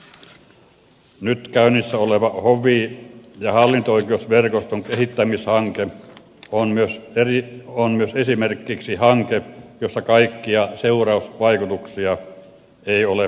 esimerkiksi nyt käynnissä oleva hovi ja hallinto oikeusverkoston kehittämishanke on hanke jossa kaikkia seurausvaikutuksia ei ole huomioitu